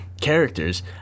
characters